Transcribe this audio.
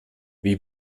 wie